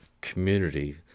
community